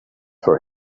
for